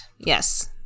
Yes